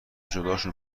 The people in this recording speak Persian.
جداشون